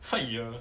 !haiya!